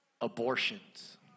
abortions